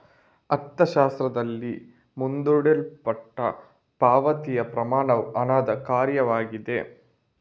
ಅರ್ಥಶಾಸ್ತ್ರದಲ್ಲಿ, ಮುಂದೂಡಲ್ಪಟ್ಟ ಪಾವತಿಯ ಪ್ರಮಾಣವು ಹಣದ ಕಾರ್ಯವಾಗಿದೆ